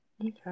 okay